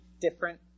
different